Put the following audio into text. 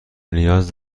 نیاز